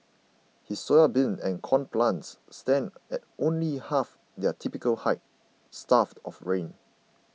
his soybean and corn plants stand at only half their typical height starved of rain